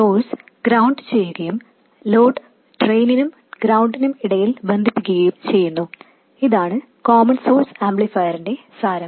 source ground ചെയ്യുകയും load ഡ്രെയിനും ഗ്രൌണ്ടിനും ഇടയിൽ ബന്ധിപ്പിക്കുകയും ചെയ്യുന്നു ഇതാണ് കോമൺ സോഴ്സ് ആംപ്ലിഫയറിന്റെ സാരം